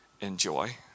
enjoy